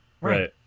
Right